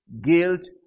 guilt